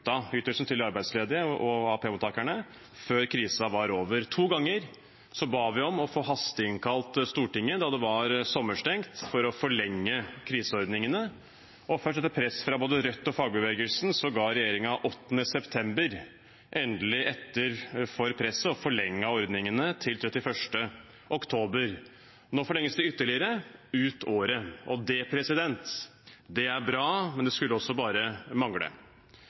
til de arbeidsledige og AAP-mottakerne før krisen var over. To ganger ba vi om å få hasteinnkalt Stortinget da det var sommerstengt, for å forlenge kriseordningene. Først etter press fra både Rødt og fagbevegelsen ga regjeringen den 8. september endelig etter for presset og forlenget ordningene til 31. oktober. Nå forlenges de ytterligere, ut året. Det er bra, men det skulle også bare mangle.